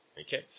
Okay